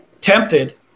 tempted